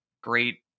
great